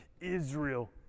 Israel